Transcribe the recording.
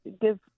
give